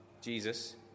Jesus